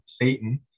Satan